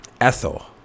Ethel